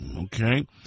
Okay